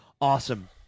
Awesome